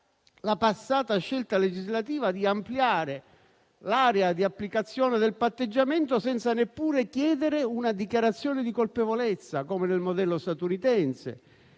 la passata scelta legislativa di ampliare l'area di applicazione del patteggiamento senza neppure chiedere una dichiarazione di colpevolezza, come nel modello statunitense,